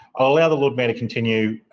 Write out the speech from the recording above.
i'll allow the lord mayor to continue.